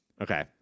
Okay